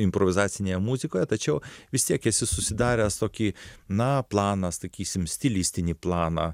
improvizacinėje muzikoje tačiau vis tiek esi susidaręs tokį na planą sakysim stilistinį planą